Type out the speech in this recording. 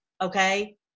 Okay